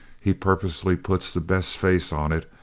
he purposely puts the best face on it,